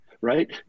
right